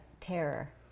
terror